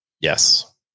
Yes